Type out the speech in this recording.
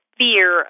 fear